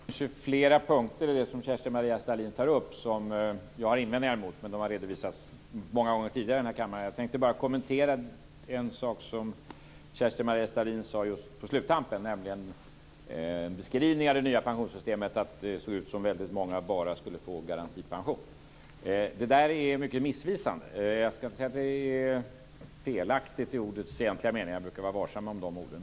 Fru talman! Det finns flera punkter i det som Kerstin-Maria Stalin tar upp som jag har invändningar mot, men de har redovisats många gånger tidigare i kammaren. Jag tänkte kommentera en sak Kerstin Maria Stalin sade på sluttampen, nämligen hennes beskrivning av det nya pensionssystemet där det ser ut som om att många bara kommer att få garantipension. Det där är mycket missvisande. Jag ska inte säga att det är felaktigt i ordets egentliga mening eftersom jag brukar vara varsam med de orden.